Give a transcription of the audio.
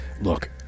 Look